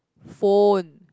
phone